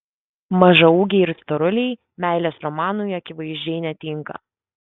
mažaūgiai ir storuliai meilės romanui akivaizdžiai netinka